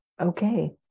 okay